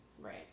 Right